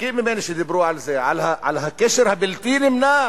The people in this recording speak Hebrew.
ותיקים ממני שדיברו על זה, על הקשר הבלתי נמנע